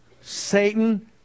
Satan